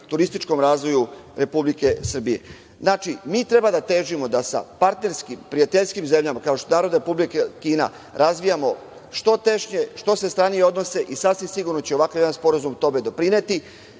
turitičkom razvoju Republike Srbije. Znači, mi treba da težimo da sa partnerskim prijateljskim zemljama, kao što je Narodna Republika Kina, razvijamo što tešnje, što svestranije odnose, i sasvim sigurno da će ovakav jedan sporazum tome doprineti. Srbija